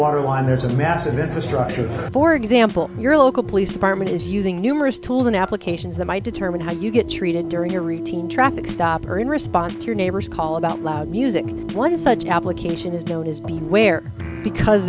waterline there's a massive infrastructure for example your local police department is using numerous tools and applications that might determine how you get treated during a routine traffic stop or in response to your neighbor's call about loud music and one such application is no is being where because